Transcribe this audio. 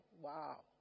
wow